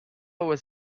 was